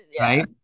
Right